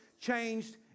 changed